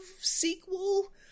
sequel